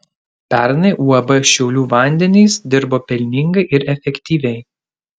pernai uab šiaulių vandenys dirbo pelningai ir efektyviai